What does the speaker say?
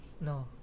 No